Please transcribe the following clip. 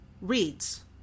reads